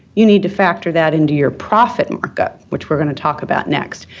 you need to factor that into your profit markup, which we're going to talk about next.